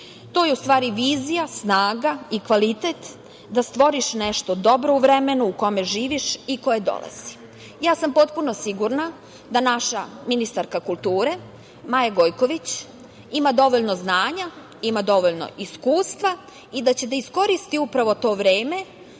To je, u stvari, vizija, snaga i kvalitet da stvoriš nešto dobro u vremenu u kome živiš i koje dolazi. Potpuno sam sigurna da naša ministarka kulture Maja Gojković ima dovoljno znanja, ima dovoljno iskustva i da će da iskoristi upravo to vreme